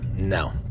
no